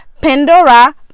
Pandora